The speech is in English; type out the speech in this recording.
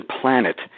planet